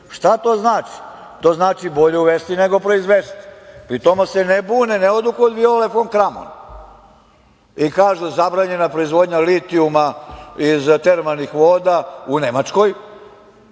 šta to znači? To znači, bolje uvesti nego proizvesti. Pri tome se ne bune, ne odu Viole fon Kramon i kažu – zabranjena proizvodnja litijuma iz termalnih voda u Nemačkoj,